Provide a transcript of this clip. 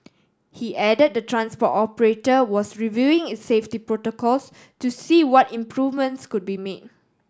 he added the transport operator was reviewing its safety protocols to see what improvements could be made